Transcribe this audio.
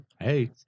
Hey